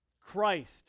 Christ